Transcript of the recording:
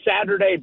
Saturday